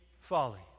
Folly